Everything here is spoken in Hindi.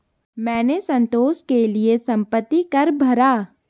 मैंने संतोष के लिए संपत्ति कर भरा